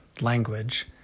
language